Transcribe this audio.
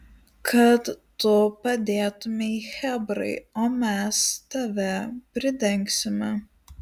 kad tu padėtumei chebrai o mes tave pridengsime